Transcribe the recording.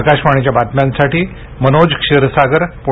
आकाशवाणी बातम्यांसाठी मनोज क्षीरसागर पुणे